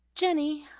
jenny,